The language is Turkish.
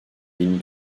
bin